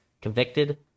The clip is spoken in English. convicted